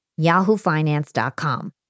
yahoofinance.com